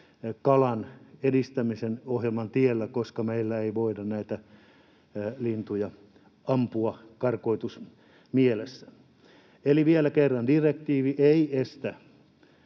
kalan edistämisohjelman tiellä, että meillä ei voida näitä lintuja ampua karkotusmielessä. Eli vielä kerran: direktiivi ei estä